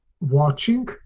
watching